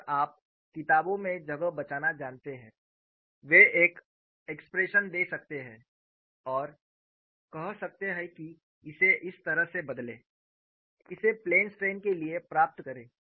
और आप किताबों में जगह बचाना जानते हैं वे एक एक्सप्रेशन दे सकते हैं और कह सकते हैं कि इसे इस तरह से बदलें इसे प्लेन स्ट्रेन के लिए प्राप्त करें